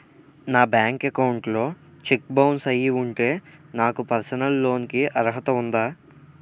నా bank account లో cheque bounce అయ్యి ఉంటే నాకు పర్సనల్ లోన్ కీ అర్హత ఉందా?